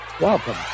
welcome